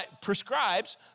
prescribes